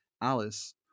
Alice